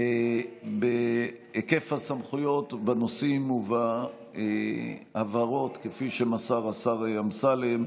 בהיקף הסמכויות בנושאים ובהבהרות כפי שמסר השר אמסלם,